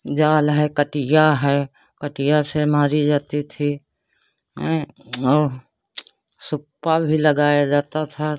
जाल है कटिया है कटिया से मारी जाती थी और सुक्का भी लगाया जाता था